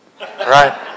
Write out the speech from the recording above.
right